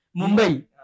Mumbai